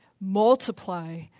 multiply